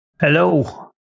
Hello